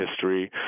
history